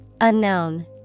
unknown